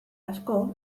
asko